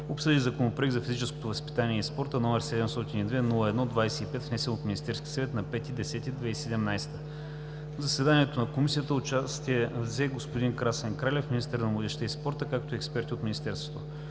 обсъди Законопроект за физическото възпитание и спорта, № 702-01-25, внесен от Министерския съвет на 5 октомври 2017 г. В заседанието на Комисията взе участие господин Красен Кралев – министър на младежта и спорта, както и експерти от Министерството.